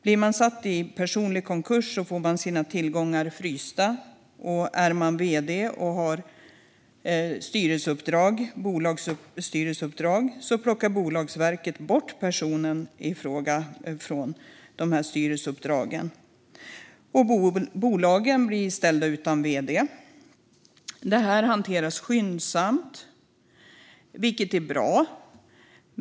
Blir man satt i personlig konkurs får man sina tillgångar frysta, och är man vd eller har bolagsstyrelseuppdrag plockar Bolagsverket bort en från styrelseuppdraget. Bolaget blir alltså ställt utan vd. Det här hanteras skyndsamt, vilket är bra.